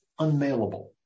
unmailable